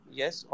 yes